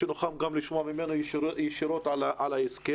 כך שנוכל גם לשמוע ממנו ישירות על ההסכם.